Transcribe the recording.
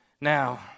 now